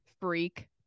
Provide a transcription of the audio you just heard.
Freak